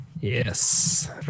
Yes